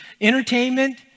entertainment